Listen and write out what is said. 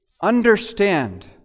understand